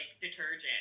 detergent